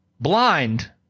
blind